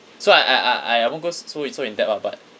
so I I I I I won't go so so in depth ah but